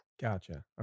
Gotcha